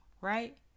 right